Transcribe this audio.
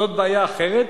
זאת בעיה אחרת.